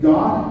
God